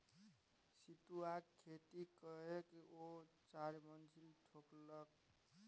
सितुआक खेती ककए ओ चारिमहला ठोकि लेलकै